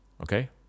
okay